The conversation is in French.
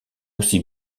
aussi